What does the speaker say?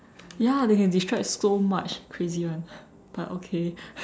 ya they can describe so much crazy [one] but okay